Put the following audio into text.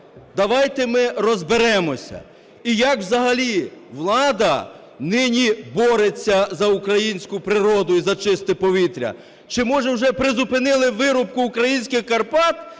давайте ми розберемося, і як взагалі влада нині бореться за українську природу і за чисте повітря. Чи може вже призупинили вирубку українських Карпат